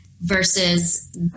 versus